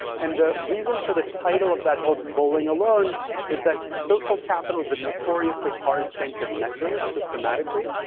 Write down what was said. and the reason for the title of that book bowling alone is that social capital is a notoriously hard thing to measure systematically.